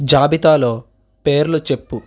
జాబితాలో పేర్లు చెప్పు